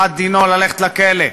אחת דינו ללכת לכלא.